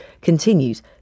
continues